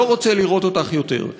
לא רוצה לראות אותך יותר.